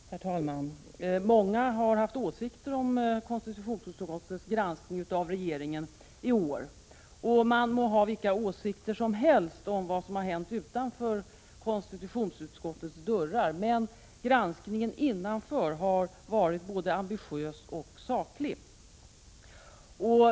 Herr talman! Många har haft åsikter om konstitutionsutskottets granskning av regeringen i år. Man må ha vilka åsikter som helst om vad som hänt utanför konstitutionsutskottets dörrar, men granskningen innanför har varit både ambitiös och saklig.